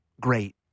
great